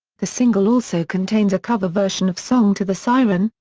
the single also contains a cover version of song to the siren,